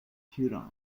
huron